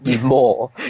more